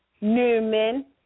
Newman